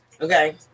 Okay